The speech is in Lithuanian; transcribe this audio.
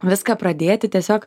viską pradėti tiesiog